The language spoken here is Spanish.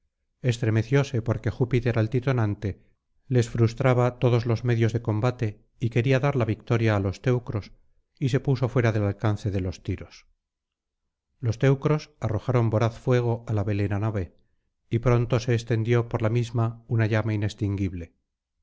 estremecióse porque júpiter altitonante les frustraba todos los medios de combate y quería dar la victoria á los teucros y se puso fuera del alcance de los tiros los teucros arrojaron voraz fuego á la velera nave y pronto se extendió por la misma una llama